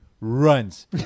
runs